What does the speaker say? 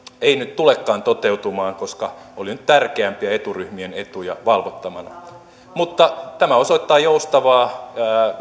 ei nyt tulekaan toteutumaan koska oli nyt tärkeämpien eturyhmien etuja valvottavana mutta tämä osoittaa joustavaa